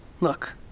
Look